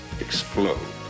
explode